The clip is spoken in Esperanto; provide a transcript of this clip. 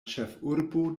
ĉefurbo